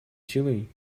силой